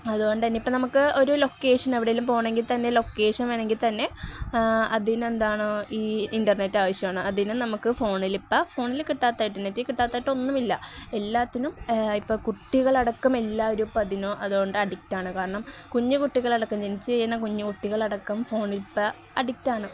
അതുകൊണ്ടുതന്നെ ഇപ്പോള് നമുക്ക് ഒരു ലൊക്കേഷൻ എവിടെയേലും പോകണമെങ്കില് തന്നെ ലൊക്കേഷൻ വേണമെങ്കില് തന്നെ അതിനെന്താണോ ഈ ഇൻ്റർനെറ്റ് ആവശ്യമാണ് അതിനു നമുക്ക് ഫോണിലിപ്പോള് ഫോണില് കിട്ടാത്തതായിട്ട് നെറ്റില് കിട്ടാത്തതായിട്ട് ഒന്നുമില്ല എല്ലാത്തിനും ഇപ്പോള് കുട്ടികളടക്കമെല്ലാവരും അതിനോ അതുകൊണ്ട് അഡിക്റ്റാണ് കാരണം കുഞ്ഞുകുട്ടികളടക്കം ജനിച്ചുകഴിഞ്ഞ കുഞ്ഞുകുട്ടികളടക്കം ഫോണിലിപ്പോള് അഡിക്റ്റാണ്